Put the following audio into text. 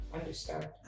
understand